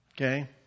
Okay